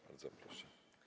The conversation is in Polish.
Bardzo proszę.